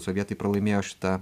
sovietai pralaimėjo šitą